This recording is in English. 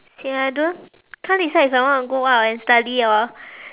okay I don't can't decide if I want to go out and study or